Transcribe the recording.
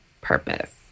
Purpose